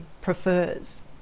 prefers